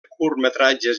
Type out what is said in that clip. curtmetratges